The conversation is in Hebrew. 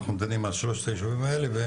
אנחנו דנים על שלושת היישובים האלה.